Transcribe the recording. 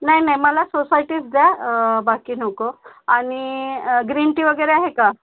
नाही नाही मला सोसायटीच द्या बाकी नको आणि ग्रीन टी वगैरे आहे का